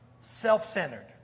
self-centered